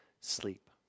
sleep